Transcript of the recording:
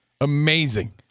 Amazing